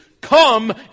come